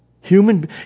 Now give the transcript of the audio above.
Human